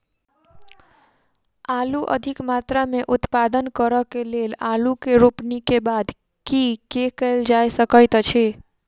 आलु अधिक मात्रा मे उत्पादन करऽ केँ लेल आलु केँ रोपनी केँ बाद की केँ कैल जाय सकैत अछि?